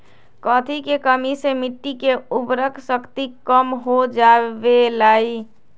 कथी के कमी से मिट्टी के उर्वरक शक्ति कम हो जावेलाई?